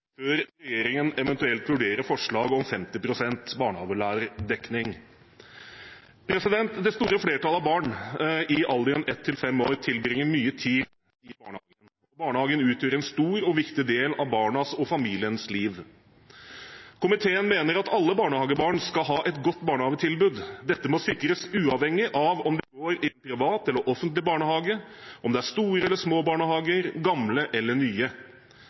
før regjeringen eventuelt vurderer forslag om 50 pst. barnehagelærerdekning. Det store flertallet av barn i alderen ett til fem år tilbringer mye tid i barnehagen. Barnehagen utgjør en stor og viktig del av barnas og familiens liv. Komiteen mener at alle barnehagebarn skal ha et godt barnehagetilbud. Dette må sikres uavhengig av om en går i privat eller offentlig barnehage, om det er store eller små barnehager, gamle eller nye.